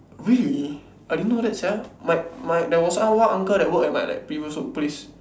really I didn't know that sia my my there was R O R uncle that work at like my previous workplace